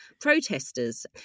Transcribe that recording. protesters